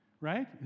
right